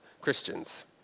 Christians